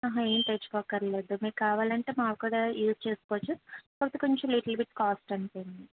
ఏమి తెచ్చుకోక్కర్లెద్దు మీకు కావాలంటే మావి కూడా యూజ్ చేసుకోవచ్చు కాకపోతే కొంచెం లిటిల్ బిట్ కాస్ట్ అంతే